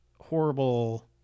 horrible